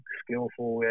skillful